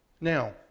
Now